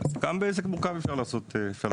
גם בעסק מורכב אפשר לעשות.